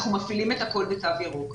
אנחנו מפעילים את הכול בתו ירוק.